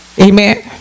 Amen